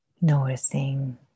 Noticing